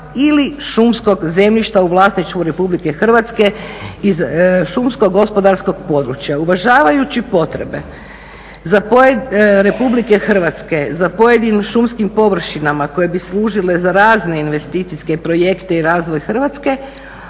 ili šumskog zemljišta u vlasništvu Republike Hrvatske iz šumsko gospodarskog područja uvažavajući potrebe Republike Hrvatske za pojedinim šumskim površinama koje bi služile za razne investicijske projekte i razvoj Hrvatske.